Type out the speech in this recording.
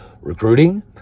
recruiting